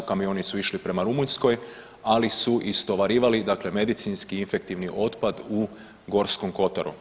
Kamioni su išli prema Rumunjskoj, ali su istovarivali, dakle medicinski i efektivni otpad u Gorskom kotaru.